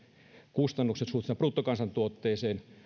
kustannukset suhteessa bruttokansantuotteeseen